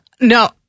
No